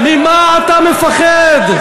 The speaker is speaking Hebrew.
ממה אתה מפחד?